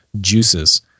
juices